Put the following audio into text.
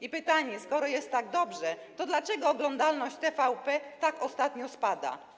I pytanie: Skoro jest tak dobrze, to dlaczego oglądalność TVP tak ostatnio spada?